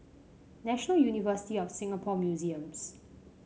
National University of Singapore Museums